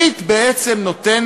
בערבית?